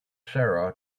sara